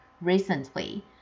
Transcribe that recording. recently